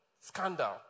scandal